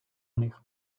них